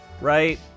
right